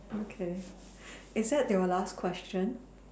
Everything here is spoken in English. okay is that your last question